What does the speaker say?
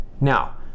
Now